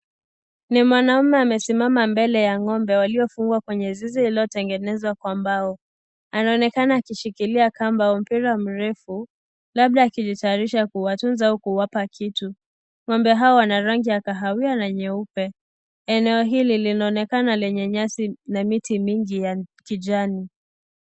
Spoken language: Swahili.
Ni mwanaume aliyesimama mbele ya ng'ombe waliofungwa kwenye zizi lililotengenezwa kwa mbao. Anaonekana akishikilia kamba au mpira mrefu, labda akijitayarisha kuwatunza au kuwapa kitu. Ng'ombe hawa Wana rangi ya kahawia na nyeupe. Eneo hili linaonekana lenye nyasi na miti mingi ya kijani.